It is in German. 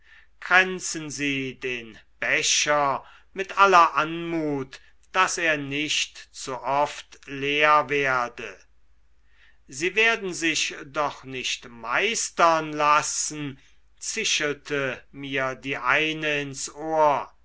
kränzen sie den becher mit aller anmut daß er nicht zu oft leer werde sie werden sich doch nicht meistern lassen zischelte mir die eine ins ohr